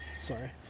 Sorry